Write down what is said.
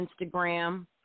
Instagram